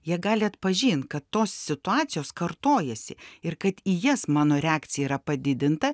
jie gali atpažint kad tos situacijos kartojasi ir kad į jas mano reakcija yra padidinta